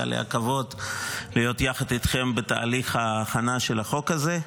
היה לי הכבוד להיות יחד איתכם בתהליך ההכנה של החוק הזה.